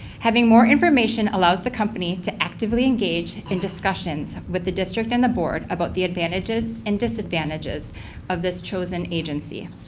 having more information allows the company to actively engage in discussion with the district and the board about the advantages and disadvantages of this chosen agency.